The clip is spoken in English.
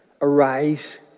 Arise